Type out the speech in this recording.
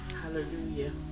Hallelujah